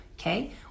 okay